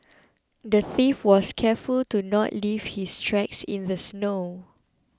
the thief was careful to not leave his tracks in the snow